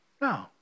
No